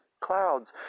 clouds